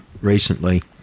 recently